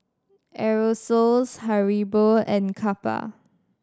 Aerosoles Haribo and Kappa